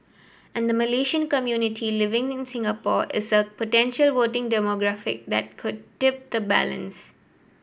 and Malaysian community living in Singapore is a potential voting demographic that could tip the balance